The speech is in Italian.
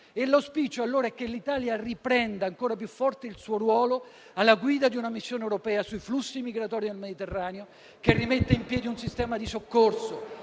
L'auspicio è che l'Italia riprenda ancora più forte il suo ruolo alla guida di una missione europea sui flussi migratori nel Mediterraneo, che rimetta in piedi un sistema di soccorso,